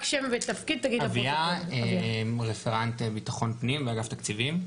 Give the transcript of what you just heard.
אני רפרנט ביטחון פנים באגף תקציבים.